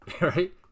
right